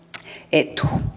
etu